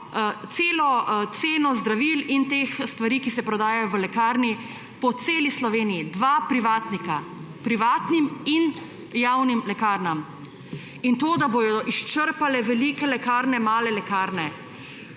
ceno zdravil in teh stvari, ki se prodajajo v lekarni po celi Sloveniji. Dva privatnika privatnim in javnim lekarnam. In to, da bodo izčrpale velike lekarne male lekarne